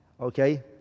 okay